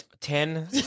Ten